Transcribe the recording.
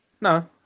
No